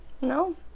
No